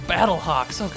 Battlehawks